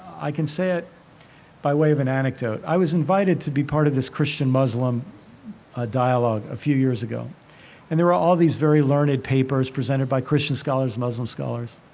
i can say it by way of an anecdote. i was invited to be part of this christian muslim ah dialogue a few years ago and there were all these very learned papers presented by christian scholars, muslim scholars